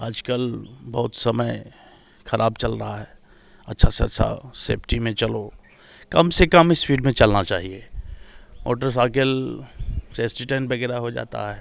आजकल बहुत समय खराब चल रहा है अच्छा से अच्छा सेफ्टी में चलो कम से काम स्पीड में चलना चाहिए मोटरसाइकिल से एक्सीडेंट वगैरह हो जाता है